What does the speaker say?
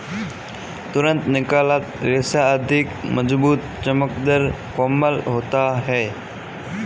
तुरंत निकाला रेशा अधिक मज़बूत, चमकदर, कोमल होता है